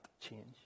change